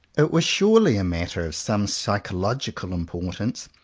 it were surely a matter of some psycholog ical importance,